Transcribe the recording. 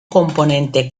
componente